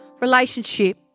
relationship